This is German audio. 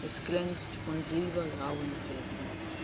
es glänzt von silbergrauen fäden